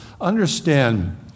understand